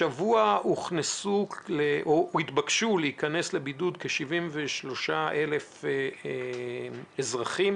השבוע התבקשו להיכנס לבידוד כ-73,000 אזרחים